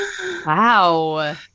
Wow